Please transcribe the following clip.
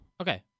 Okay